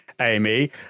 Amy